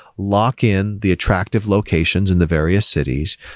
lock-in the attractive locations in the various cities.